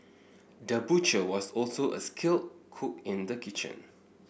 the butcher was also a skilled cook in the kitchen